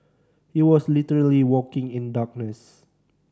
he was literally walking in darkness